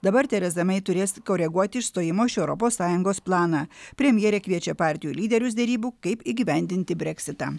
dabar tereza mei turės koreguoti išstojimo iš europos sąjungos planą premjerė kviečia partijų lyderius derybų kaip įgyvendinti breksitą